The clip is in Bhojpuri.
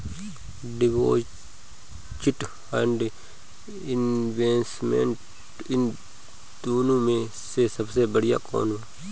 डिपॉजिट एण्ड इन्वेस्टमेंट इन दुनो मे से सबसे बड़िया कौन बा?